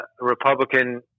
Republican